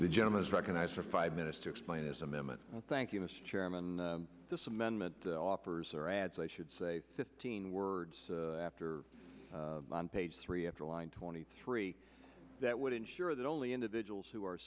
the gentleman is recognized for five minutes to explain his amendment thank you mr chairman this amendment offers or adds i should say fifteen words after on page three after line twenty three that would ensure that only individuals who are